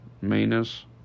manus